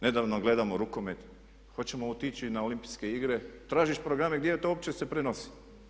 Nedavno gledamo rukomet, hoćemo otići na Olimpijske igre, tražiš programe gdje to uopće se prenosi.